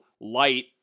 light